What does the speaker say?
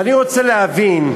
ואני רוצה להבין.